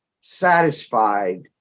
satisfied